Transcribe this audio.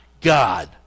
God